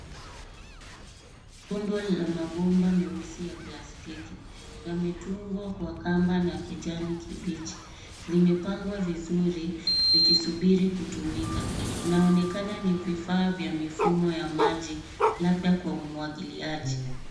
Rundo lina mabomba meusi ya plastiki. Yametungwa kwa kamba na kijani kibichi. Zimepangwa vizuri zikisubiri kutumika. Inaonekana ni vifaa vya mifumo ya maji labda kwa umwagiliaji.